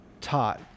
taught